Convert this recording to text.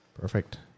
Perfect